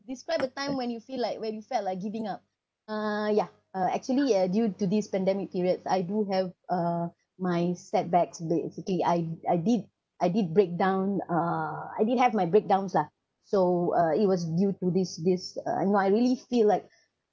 describe a time when you feel like when you felt like giving up uh yeah uh actually uh due to this pandemic periods I do have uh my setbacks basically I I did I did breakdown uh I did have my breakdowns lah so uh it was due to this this uh you know I really feel like